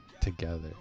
together